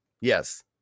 Yes